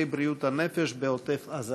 שר הבריאות חבר הכנסת יעקב ליצמן לעלות